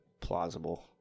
plausible